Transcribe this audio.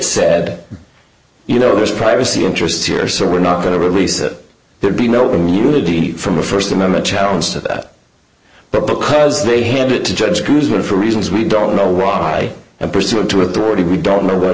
said you know there's privacy interests here so we're not going to release it there be no immunity from a first amendment challenge to that but because they had it to judge cruiser for reasons we don't know why and pursuant to authority we don't know what